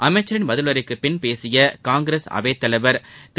அமைச்சின் பதிலுரைக்கு பின் பேசிய காங்கிரஸ் அவை தலைவர் திரு